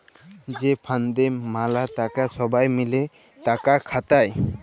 যে ফাল্ডে ম্যালা টাকা ছবাই মিলে টাকা খাটায়